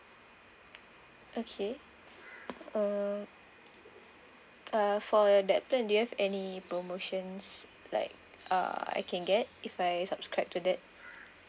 okay uh uh for that plan do you have any promotions like uh I can get if I subscribe to that